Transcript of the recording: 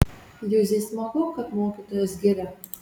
juzei smagu kad mokytojas giria